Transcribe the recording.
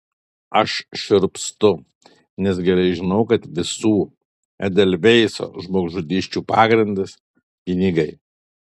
aš šiurpstu nes gerai žinau kad visų edelveiso žmogžudysčių pagrindas pinigai